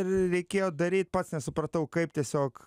reikėjo daryt pats nesupratau kaip tiesiog